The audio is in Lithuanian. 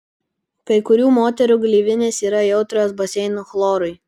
kai kurių moterų gleivinės yra jautrios baseinų chlorui